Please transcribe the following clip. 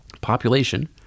Population